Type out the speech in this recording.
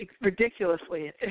ridiculously